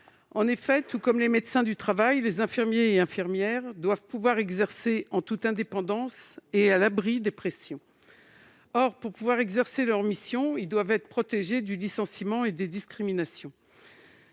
En effet, tout comme les médecins du travail, les infirmiers et infirmières doivent pouvoir exercer en toute indépendance et à l'abri des pressions. Or, pour pouvoir exercer leurs missions, ils doivent être protégés du licenciement et des discriminations.